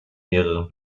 mehreren